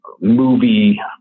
movie